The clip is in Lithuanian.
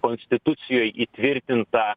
konstitucijoj įtvirtintą